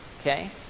Okay